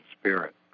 spirit